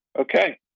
Okay